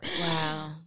Wow